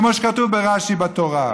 כמו שכתוב ברש"י על התורה.